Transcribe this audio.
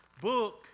book